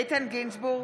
איתן גינזבורג,